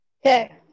Okay